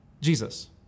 Jesus